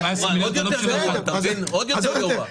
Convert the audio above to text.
עוד יותר גרוע.